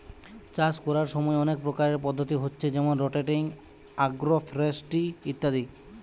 চাষ কোরার সময় অনেক প্রকারের পদ্ধতি হচ্ছে যেমন রটেটিং, আগ্রফরেস্ট্রি ইত্যাদি